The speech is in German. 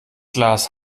glas